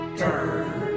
turn